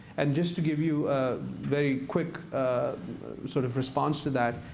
and just to give you a very quick sort of response to that,